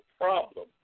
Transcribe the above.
problem